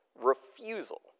refusal